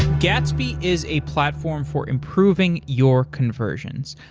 gatsby is a platform for improving your conversions.